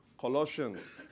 Colossians